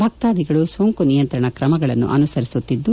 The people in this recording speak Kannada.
ಭಕ್ತಾದಿಗಳು ಸೋಂಕು ನಿಯಂತ್ರಣ ಕ್ರಮಗಳನ್ನು ಅನುಸರಿಸುತ್ತಿದ್ದು